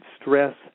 stress